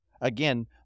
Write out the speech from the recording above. Again